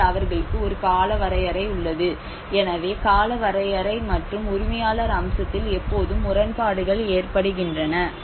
ஆனால் அவர்களுக்கு ஒரு காலவரையறை உள்ளது எனவே காலவரையறை மற்றும் உரிமையாளர் அம்சத்தில் எப்போதும் முரண்பாடுகள் ஏற்படுகின்றன